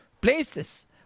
Places